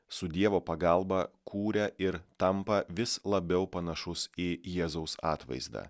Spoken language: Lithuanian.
su dievo pagalba kūria ir tampa vis labiau panašus į jėzaus atvaizdą